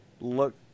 Look